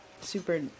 super